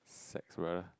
sex bruh